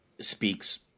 speaks